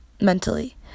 mentally